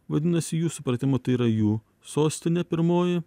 vadinasi jų supratimu tai yra jų sostinė pirmoji